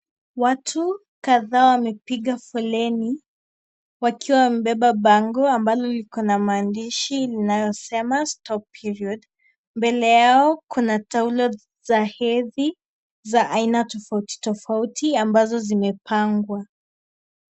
Watu kadhaa wamepiga foleni wakiwa wamebeba bango ambalo liko na maandishi yanayosema(cs) STOP PERIOD.(cs) mbele yao kuna taulo za hevi za aina tofautitofauti ambazo zimepangwa.